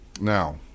Now